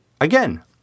again